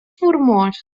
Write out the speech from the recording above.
formós